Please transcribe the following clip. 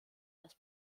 das